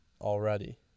already